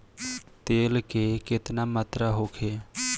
तेल के केतना मात्रा होखे?